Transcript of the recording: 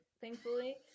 thankfully